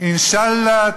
לא הבנו.